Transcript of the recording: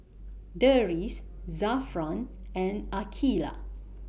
Deris Zafran and Aqeelah